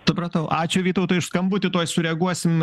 supratau ačiū vytautai už skambutį tuoj sureaguosim